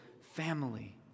family